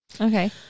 okay